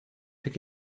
tak